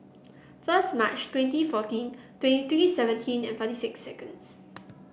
first March twenty fourteen twenty seventeen and forty six seconds